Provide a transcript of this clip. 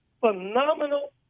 phenomenal